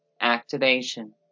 Activation